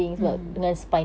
mm